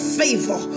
favor